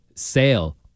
sale